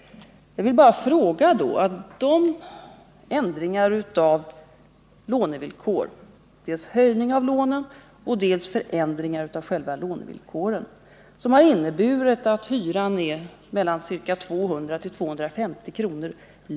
Här vill jag bara fråga om inte de ändringar av lånevillkoren, dels höjning av lånen, dels förändringar i själva lånevillkoren, som har inneburit att hyran är ca 200 till 250 kr.